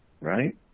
right